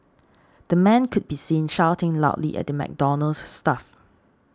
the man could be seen shouting loudly at the McDonald's staff